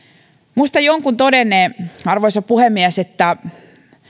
muistan jonkun todenneen arvoisa puhemies että